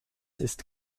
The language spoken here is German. ist